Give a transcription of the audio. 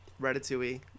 Ratatouille